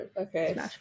okay